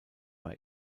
war